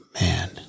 man